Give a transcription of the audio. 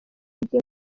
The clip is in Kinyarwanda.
igiye